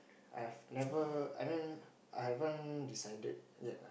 I've never I mean I haven't decided yet ah